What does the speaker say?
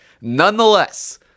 nonetheless